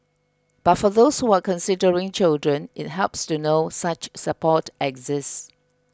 but for those who are considering children it helps to know such support exists